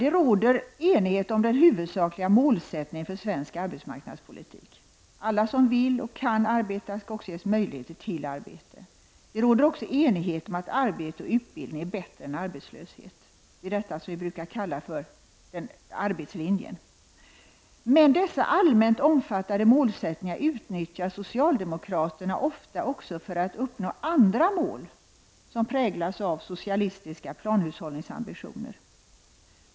Det råder enighet om den huvudsakliga målsättningen för svensk arbetsmarknadspolitik — alla som vill och kan arbeta skall också ges möjligheter till arbete. Det råder också enighet om att arbete och utbildning är bättre än arbetslöshet. Det är detta som vi brukar kalla för arbetslinjen. Dessa allmänt omfattade målsättningar utnyttjar emellertid socialdemokraterna för att också uppnå andra mål som präglas av socialistiska planhushållningsambitioner.